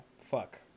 Fuck